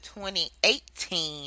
2018